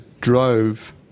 drove